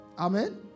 Amen